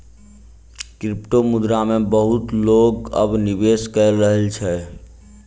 क्रिप्टोमुद्रा मे बहुत लोक अब निवेश कय रहल अछि